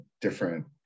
different